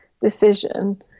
decision